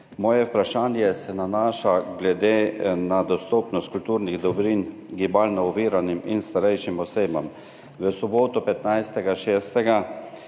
Moje vprašanje se nanaša na dostopnost kulturnih dobrin gibalno oviranim in starejšim osebam. V soboto, 15.